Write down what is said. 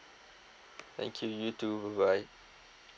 thank you you too bye bye